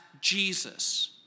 Jesus